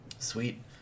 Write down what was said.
sweet